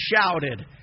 shouted